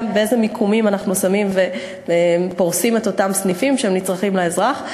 באילו מיקומים אנחנו שמים ופורסים את אותם סניפים שדרושים לאזרח.